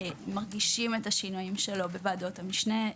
מרגישים את השינויים שלו בוועדות המשנה,